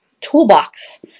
toolbox